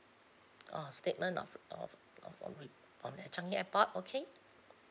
oh statement of of of a rep~ on the changi airport okay